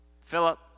Philip